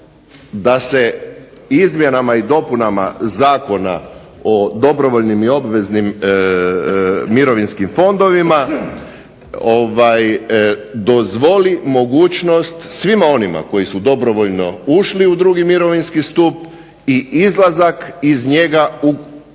da se izmjenama i dopunama Zakona o dobrovoljnim i obveznim mirovinskim fondovima dozvoli mogućnost svima onima koji su dobrovoljno ušli u mirovinski stup i izlazak iz njega i